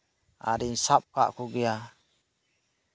ᱟᱨᱤᱧ ᱥᱟᱵ ᱟᱠᱟᱜ ᱠᱚᱜᱮᱭᱟ